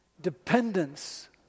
dependence